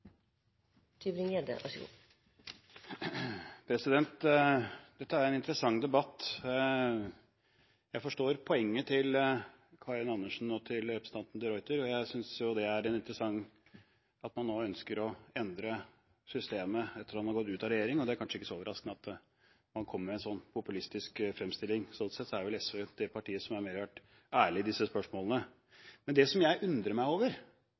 kanskje ikke så overraskende at man kommer med en sånn populistisk fremstilling. Sånn sett er vel SV det partiet som har vært mer ærlig i disse spørsmålene. Men det jeg undrer meg over,